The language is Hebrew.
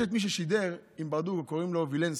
יש מי ששידר עם ברדוגו, קוראים לו וילנסקי.